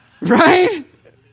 Right